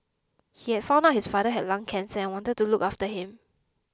he had found out his father had lung cancer and wanted to look after him